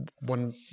one